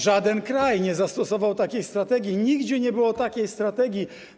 Żaden kraj nie zastosował takiej strategii, nigdzie nie było takiej strategii.